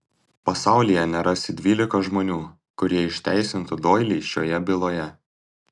pasaulyje nerasi dvylikos žmonių kurie išteisintų doilį šioje byloje